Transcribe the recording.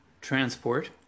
transport